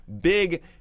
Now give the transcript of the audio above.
big